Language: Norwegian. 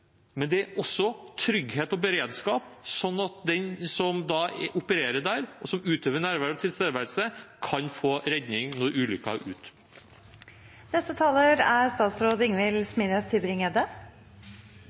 men det gjelder også trygghet og beredskap, slik at de som opererer der, og som utøver nærvær og tilstedeværelse, kan få redning når ulykken er